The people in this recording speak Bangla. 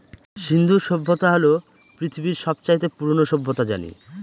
সিন্ধু সভ্যতা হল পৃথিবীর সব চাইতে পুরোনো সভ্যতা জানি